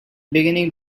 beginning